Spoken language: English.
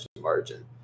margin